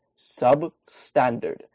substandard